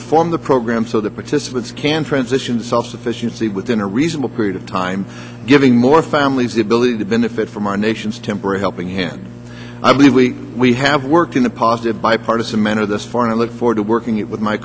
reform the program so the participants can transition self sufficiency within a reasonable period of time giving more families the ability to benefit from our nation's temporary helping hand i believe we we have worked in a positive bipartisan manner this far and i look forward to working it with my